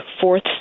fourth